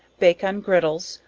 baked on gridles,